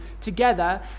together